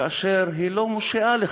כאשר היא לא מושיעה לך?